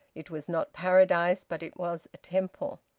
it was not paradise. but it was a temple.